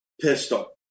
pistol